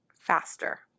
faster